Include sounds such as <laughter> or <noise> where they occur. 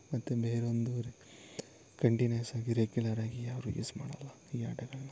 ಮತ್ತು ಬೇರೊಂದು <unintelligible> ಕಂಟಿನ್ಯುಯಸ್ಸಾಗಿ ರೆಗ್ಯುಲರಾಗಿ ಯಾರೂ ಯೂಸ್ ಮಾಡಲ್ಲ ಈ ಆಟಗಳನ್ನ